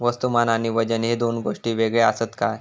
वस्तुमान आणि वजन हे दोन गोष्टी वेगळे आसत काय?